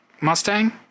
Mustang